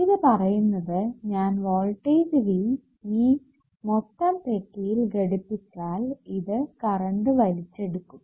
ഇത് പറയുന്നത് ഞാൻ വോൾടേജ് V ഈ മൊത്തം പെട്ടിയിൽ ഘടിപ്പിച്ചാൽ ഇത് കറണ്ട് വലിച്ചെടുക്കും